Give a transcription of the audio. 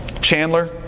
Chandler